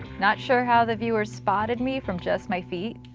not sure how the viewers spotted me from just my feet,